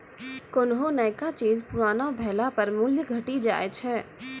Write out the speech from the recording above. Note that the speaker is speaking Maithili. कोन्हो नयका चीज पुरानो भेला पर मूल्य घटी जाय छै